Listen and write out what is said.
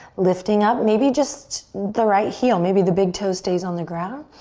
lifting up maybe just the right heel. maybe the big toe stays on the ground.